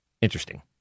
Interesting